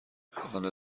خانه